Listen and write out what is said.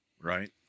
Right